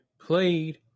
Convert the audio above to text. played